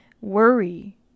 Worry